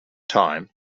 time